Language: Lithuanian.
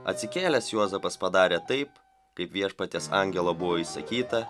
atsikėlęs juozapas padarė taip kaip viešpaties angelo buvo įsakyta